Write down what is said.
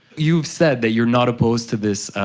you've said that you're not opposed to this,